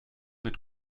mit